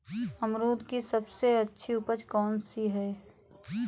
अमरूद की सबसे अच्छी उपज कौन सी है?